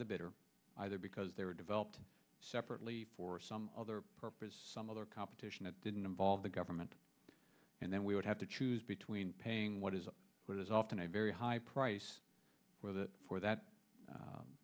the better either because they were developed separately for some other purpose some other competition that didn't involve the guy i meant and then we would have to choose between paying what is what is often a very high price for that